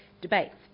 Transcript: debates